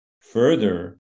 Further